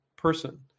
Person